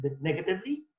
negatively